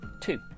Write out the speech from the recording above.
two